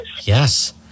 Yes